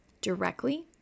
directly